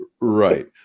right